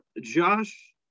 Josh